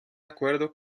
acuerdo